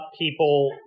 people